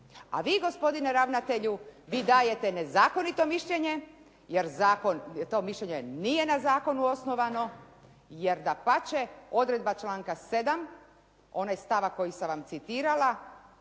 A vi gospodine ravnatelju, vi dajete nezakonito mišljenje jer to mišljenje nije na zakonu osnovano, jer dapače odredba članka 7. onaj stavak koji sam vam citirala,